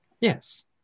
Yes